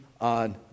on